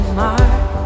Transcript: mark